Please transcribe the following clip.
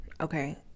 Okay